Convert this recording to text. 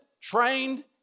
trained